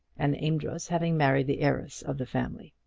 an amedroz having married the heiress of the family.